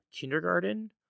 kindergarten